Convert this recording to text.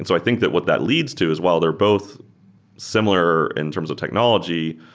so i think that what that leads to is while they're both similar in terms of technology,